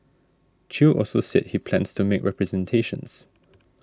Chew also said he plans to make representations